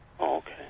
Okay